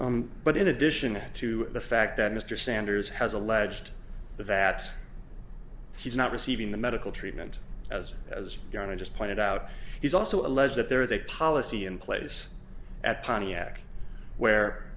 honor but in addition to the fact that mr sanders has alleged that he's not receiving the medical treatment as it as you and i just pointed out he's also alleged that there is a policy in place at pontiac where